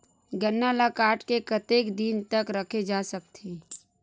गन्ना ल काट के कतेक दिन तक रखे जा सकथे?